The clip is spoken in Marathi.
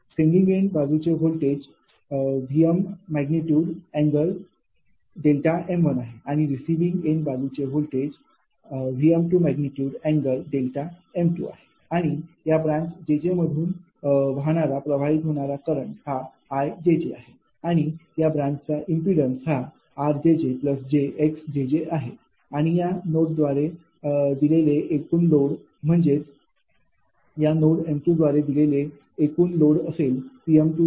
सेंडिंग एन्ड बाजूचे व्होल्टेज ।𝑉।∠𝛿m1आहे आणि रिसिविंग एन्ड बाजूचे व्होल्टेज ।𝑉।∠𝛿m2आहे आणि या ब्रांच jj मधून प्रवाहीत होणारा करंट 𝐼𝑗𝑗 आहे आणि या ब्रांचचा इम्पिडन्स 𝑟𝑗𝑥 आहे आणि या नोड द्वारे दिलेले एकूण लोड म्हणजेच नोड m2द्वारे दिलेले एकूण लोड असेल 𝑃𝑗𝑄